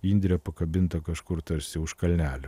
indrė pakabinta kažkur tarsi už kalnelio